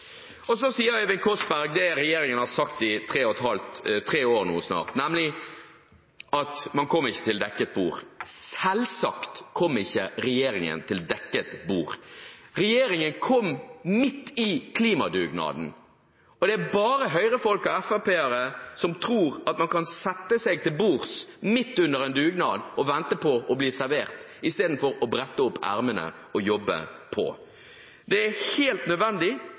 Så sier Øyvind Korsberg det regjeringen har sagt i tre år nå snart, nemlig at man kom ikke til dekket bord. Selvsagt kom ikke regjeringen til dekket bord. Regjeringen kom midt i klimadugnaden, og det er bare Høyre-folk og FrP-ere som tror at man kan sette seg til bords midt under en dugnad og vente på å bli servert istedenfor å brette opp ermene og jobbe på. Det er helt nødvendig